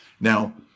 Now